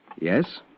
Yes